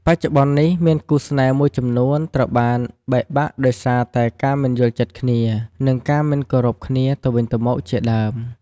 បច្ចុប្បន្ននេះមានគូរស្នេហ៍មួយចំនួនត្រូវបានបែកបាក់ដោយសារតែការមិនយល់ចិត្តគ្នា និងការមិនគោរពគ្នាទៅវិញទៅមកជាដើម។